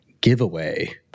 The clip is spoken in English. giveaway